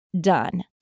done